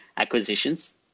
acquisitions